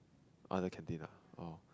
other canteen ah oh